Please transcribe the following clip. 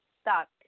stuck